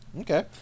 Okay